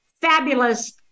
fabulous